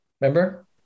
Remember